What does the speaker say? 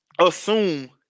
assume